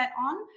on